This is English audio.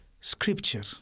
scripture